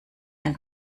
ein